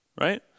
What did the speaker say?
right